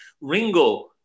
Ringo